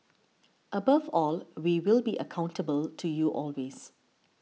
above all we will be accountable to you always